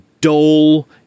dull